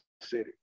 city